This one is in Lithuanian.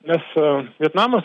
nes vietnamas